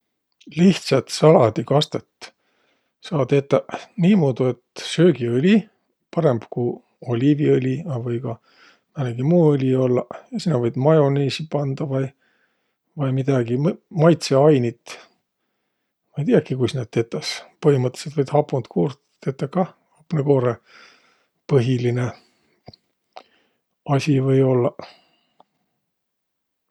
Lihtsät saladikastõt saa tetäq niimuudu, et söögiõli, parõmb, ku oliiviõli, a või ka määnegi muu õli ollaq, ja sinnäq võit majoniisi pandaq vai, vai midägi maitsõainit. Ma ei tiiäki, kuis naid tetäs. Põhimõttõlidsõlt võit hapundkuurt tetäq kah, hapnõkoorõ põhilinõ asi või ollaq.